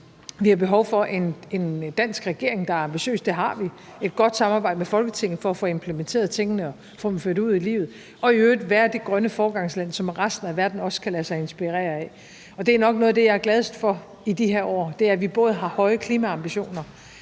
Vi har behov for en dansk regering, der er ambitiøs – og det har vi – og for et godt samarbejde med Folketinget for at få implementeret tingene og få dem ført ud i livet og i øvrigt at være det grønne foregangsland, som resten af verden også kan lade sig inspirere af. Og det er nok noget af det, jeg er gladest for i de her år. Det er, at vi både har høje klimaambitioner,